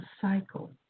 cycle